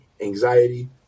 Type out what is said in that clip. anxiety